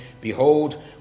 Behold